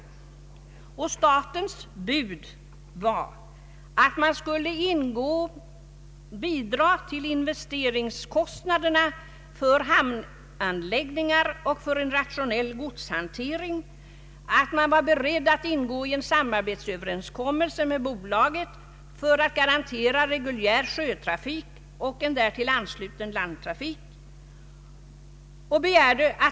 Budet från statens sida innebar att staten skulle bidra till investeringskostnaderna för hamnanläggningar och för en rationell godshantering, att staten var beredd att ingå i en samarbetsöverenskommelse med bolaget för att garantera reguljär sjötrafik och en därtill ansluten landtrafik.